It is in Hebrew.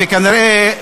וכנראה,